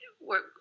work